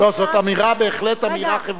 זאת בהחלט אמירה חברתית.